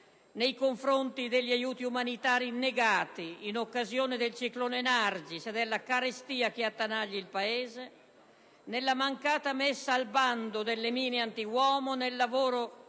per gli aiuti umanitari negati in occasione del ciclone Nargis e della carestia che attanaglia il Paese, la mancata messa al bando delle mine antiuomo, il lavoro